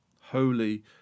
Holy